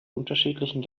unterschiedlichen